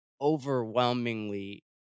overwhelmingly